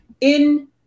in-